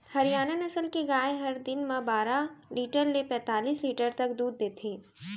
हरियाना नसल के गाय हर दिन म बारा लीटर ले पैतालिस लीटर तक दूद देथे